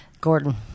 Gordon